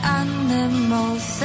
animals